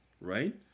right